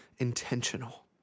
intentional